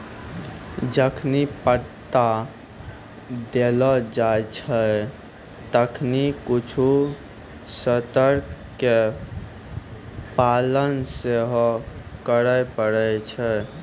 जखनि पट्टा देलो जाय छै तखनि कुछु शर्तो के पालन सेहो करै पड़ै छै